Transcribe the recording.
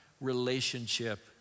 relationship